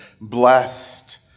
blessed